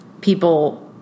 people